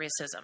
Racism